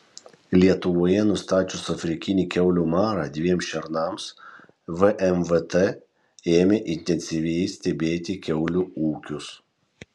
lietuvoje nustačius afrikinį kiaulių marą dviem šernams vmvt ėmė intensyviai stebėti kiaulių ūkius